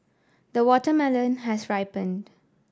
the watermelon has ripened